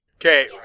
Okay